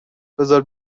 بذار